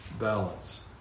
balance